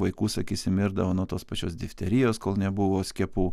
vaikų sakysim mirdavo nuo tos pačios difterijos kol nebuvo skiepų